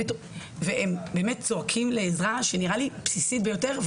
הם באמת צועקים לעזרה שנראית לי בסיסית ביותר.